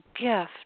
gift